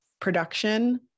production